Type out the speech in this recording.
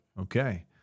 Okay